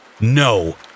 No